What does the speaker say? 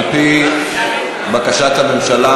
על-פי בקשת הממשלה,